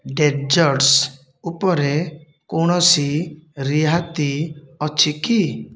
desserts ଉପରେ କୌଣସି ରିହାତି ଅଛି କି